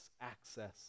access